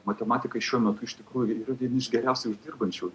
matematikai šiuo metu iš tikrųjų yra vieni iš geriausiai uždirbančių